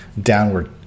downward